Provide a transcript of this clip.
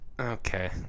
Okay